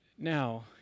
Now